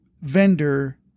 vendor